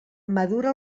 madura